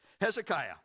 Hezekiah